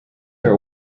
are